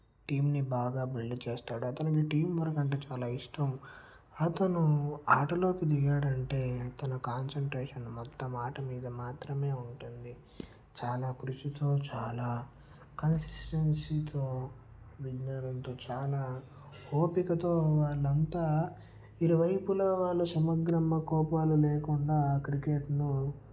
టీంని బాగా బిల్డ్ చేస్తాడు అతని టీం వర్క్ అంటే చాలా ఇష్టం అతను ఆటలోకి దిగాడు అంటే తన కాన్సన్ట్రేషన్ మొత్తం ఆట మీద మాత్రమే ఉంటుంది చాలా కృషితో చాలా కన్సిస్టెన్సీతో విజ్ఞానంతో చాలా ఓపికతో వాళ్ళంతా ఇరువైపుల వాళ్ళు సమగ్ర కోపాలు లేకుండా క్రికెట్ను